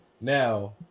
Now